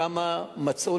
כמה מצאו,